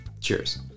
Cheers